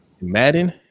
Madden